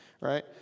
Right